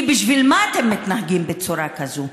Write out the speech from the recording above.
כי בשביל מה אתם מתנהגים בצורה כזאת?